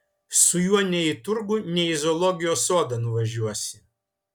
su juo nei į turgų nei į zoologijos sodą nuvažiuosi